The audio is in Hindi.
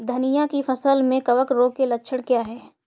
धनिया की फसल में कवक रोग के लक्षण क्या है?